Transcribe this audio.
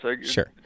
Sure